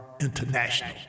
International